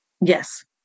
Yes